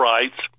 Rights